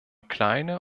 kleine